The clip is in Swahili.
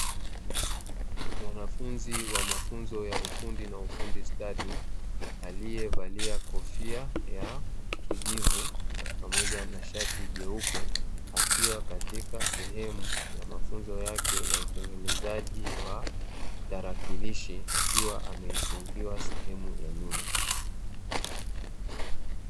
Mwanafunzi wa mafunzo ya ufundi na ufundistadi aliyevalia kofia ya kijivu pamoja na shati jeupe, akiwa katika sehemu ya mafunzo yake ya utengenezaji wa tarakilishi, akiwa ameifungua sehemu ya nyuma.